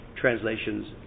translations